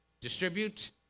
Distribute